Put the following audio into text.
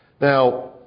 Now